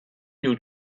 you